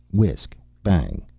whisk, bang,